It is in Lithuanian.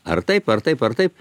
ar taip ar taip ar taip